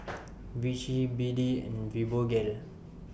Vichy B D and Fibogel